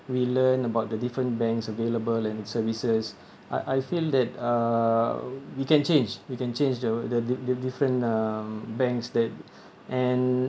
we learn about the different banks available and services I I feel that uh we can change we can change the the the different uh banks that and